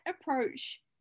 approach